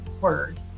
word